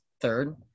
third